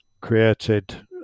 created